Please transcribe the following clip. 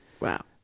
Wow